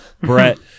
Brett